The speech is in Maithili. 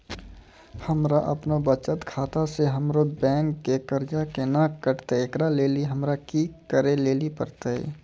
हमरा आपनौ बचत खाता से हमरौ बैंक के कर्जा केना कटतै ऐकरा लेली हमरा कि करै लेली परतै?